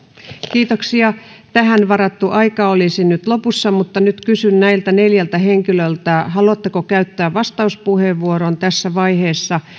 kiitoksia tähän varattu aika olisi nyt lopussa mutta nyt kysyn näiltä neljältä henkilöltä haluatteko käyttää vastauspuheenvuoron tässä vaiheessa